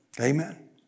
Amen